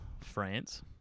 France